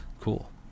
Cool